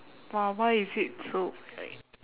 !wah! why is it so like